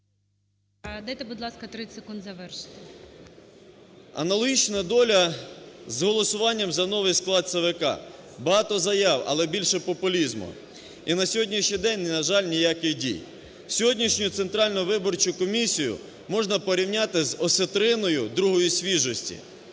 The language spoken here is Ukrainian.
Дайте, будь ласка, 30 секунд завершити. ЛАБАЗЮК С.П. Аналогічна доля з голосуванням за новий склад ЦВК. Багато заяв, але більше популізму. І на сьогоднішній день, на жаль, ніяких дій. Сьогоднішню Центральну виборчу комісію можна порівняти з осетриною другої свіжості.